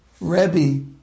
Rebbe